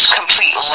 complete